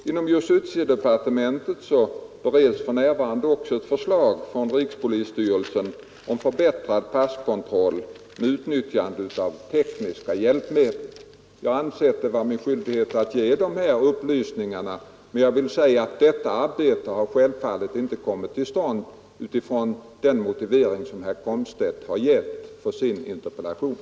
Inom justitiedepartementet bereds för närvarande också ett förslag från rikspolisstyrelsen om förbättrad passkontroll med utnyttjande av tekniska hjälpmedel. Jag har ansett det vara min skyldighet att ge de här upplysningarna, men jag vill säga att detta arbete självfallet inte har kommit till stånd utifrån den motivering herr Komstedt har gett för sin interpellation.